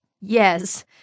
Yes